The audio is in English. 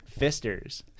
fisters